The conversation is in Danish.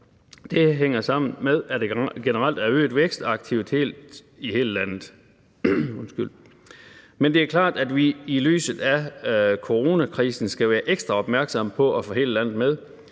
Det hænger sammen med, at der generelt er øget vækst og aktivitet i hele landet. Men det er klart, at vi i lyset af coronakrisen skal være ekstra opmærksomme på at få hele landet med,